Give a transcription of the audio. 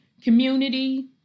community